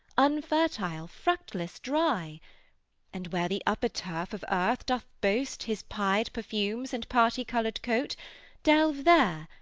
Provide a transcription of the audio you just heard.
unfertile, fructless, dry and where the upper turf of earth doth boast his pied perfumes and party coloured coat delve there,